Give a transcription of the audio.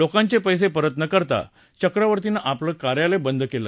लोकांचे पैसे परत न करता चक्रवर्तीनं आपलं कार्यालय बंद केलं